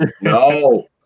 No